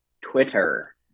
Twitter